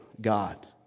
God